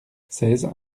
seize